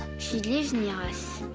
she lives near us.